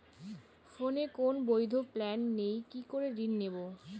ফোনে কোন বৈধ প্ল্যান নেই কি করে ঋণ নেব?